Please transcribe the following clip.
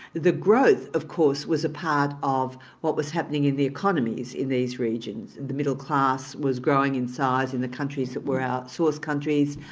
the growth of course was a part of what was happening in the economies in these regions, and the middle class was growing in size in the countries that were our source countries,